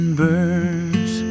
burns